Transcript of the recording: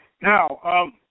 Now